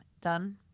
Done